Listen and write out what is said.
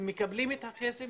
הם מקבלים את הכסף,